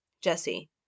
Jesse